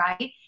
right